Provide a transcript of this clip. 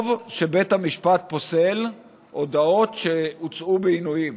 טוב שבית המשפט פוסל הודאות שהוצאו בעינויים.